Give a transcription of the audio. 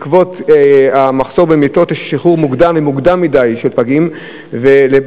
בעקבות המחסור במיטות יש שחרור מוקדם מדי של פגים לבתים,